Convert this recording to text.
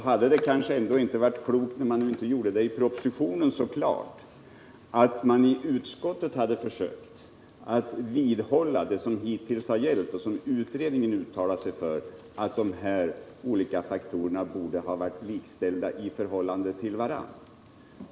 Hade det inte varit klokt, när man inte gjorde det så klart i propositionen, Nr 54 att i utskottet försöka vidhålla det som hittills har gällt och det som utredningen uttalade sig för, nämligen att de olika faktorerna borde ha varit likställda i förhållande till varandra?